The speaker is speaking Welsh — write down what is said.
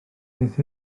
beth